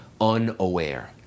unaware